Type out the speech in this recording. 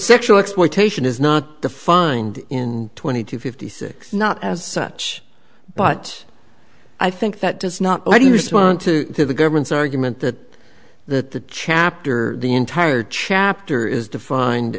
sexual exploitation is not defined in twenty two fifty six not as such but i think that does not already respond to the government's argument that the chapter the entire chapter is defined